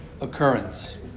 occurrence